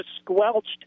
squelched